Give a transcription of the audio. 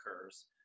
occurs